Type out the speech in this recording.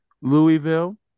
Louisville